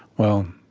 well,